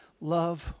love